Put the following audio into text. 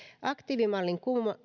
aktiivimallin